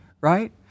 right